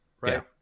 right